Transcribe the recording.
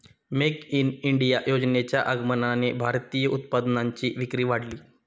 make in India योजनेच्या आगमनाने भारतीय उत्पादनांची विक्री वाढली